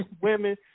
women